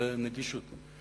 זאת נגישות.